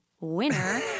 winner